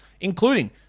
including